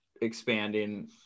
expanding